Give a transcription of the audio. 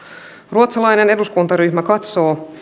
ruotsalainen eduskuntaryhmä katsoo